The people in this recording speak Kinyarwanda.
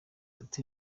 ati